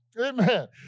amen